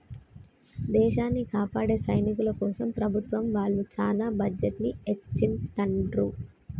దేశాన్ని కాపాడే సైనికుల కోసం ప్రభుత్వం వాళ్ళు చానా బడ్జెట్ ని ఎచ్చిత్తండ్రు